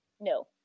No